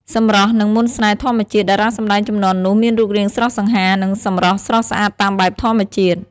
សម្រស់និងមន្តស្នេហ៍ធម្មជាតិ តារាសម្តែងជំនាន់នោះមានរូបរាងស្រស់សង្ហា និងសម្រស់ស្រស់ស្អាតតាមបែបធម្មជាតិ។